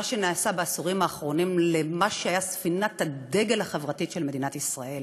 מה שנעשה בעשורים האחרונים למה שהיה ספינת הדגל החברתית של מדינת ישראל,